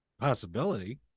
possibility